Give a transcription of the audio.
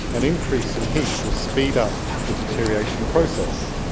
an increase in heat will speed up the deterioration process